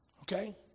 Okay